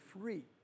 free